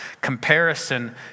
comparison